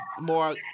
more